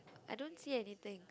I don't see anything